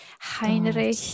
Heinrich